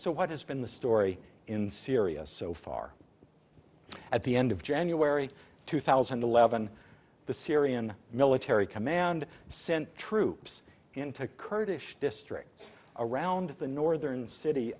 so what has been the story in syria so far at the end of january two thousand and eleven the syrian military command sent troops into kurdish districts around the northern city